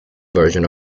version